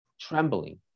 trembling